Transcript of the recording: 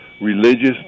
religious